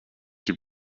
die